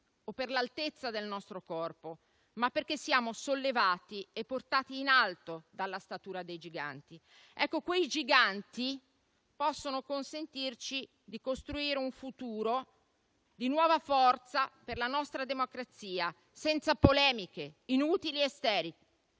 o per l'altezza del nostro corpo, ma perché siamo sollevati e portati in alto dalla statura dei giganti. Quei giganti possono consentirci di costruire un futuro di nuova forza per la nostra democrazia, senza polemiche inutili e sterili.